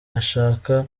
ashaka